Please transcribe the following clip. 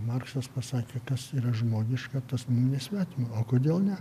marksas pasakė kas yra žmogiška mum nesvetima o kodėl ne